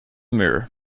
mirror